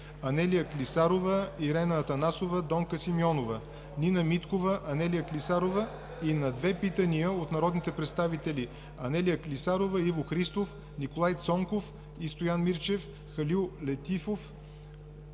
Анелия Клисарова и Ирена Анастасова; Донка Симеонова; Нина Миткова; Анелия Клисарова и на две питания от народните представители Анелия Клисарова, Иво Христов, Николай Цонков и Стоян Мирчев; и Халил Летифов,